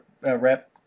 Rep